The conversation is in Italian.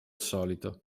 solito